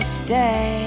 stay